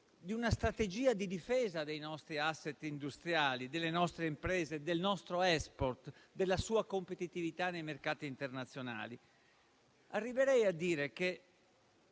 di una strategia di difesa dei nostri *asset* industriali, delle nostre imprese, del nostro *export* e della nostra competitività nei mercati internazionali. Arriverei a dire che,